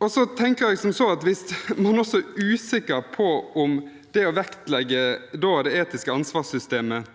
Jeg tenker at hvis man også er usikker på om det å vektlegge det etiske ansvarssystemet